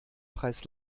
preis